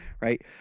right